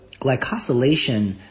glycosylation